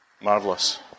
Marvelous